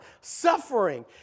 suffering